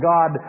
God